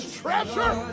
treasure